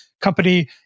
company